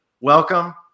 welcome